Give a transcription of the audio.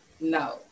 No